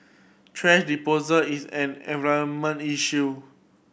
thrash disposal is an environment issue